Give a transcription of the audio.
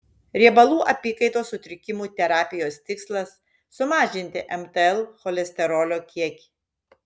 riebalų apykaitos sutrikimų terapijos tikslas sumažinti mtl cholesterolio kiekį